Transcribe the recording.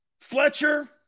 Fletcher